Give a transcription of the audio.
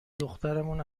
دخترمون